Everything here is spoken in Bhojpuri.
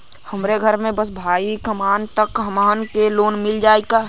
हमरे घर में बस भईया कमान तब हमहन के लोन मिल जाई का?